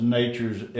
nature's